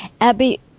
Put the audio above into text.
Abby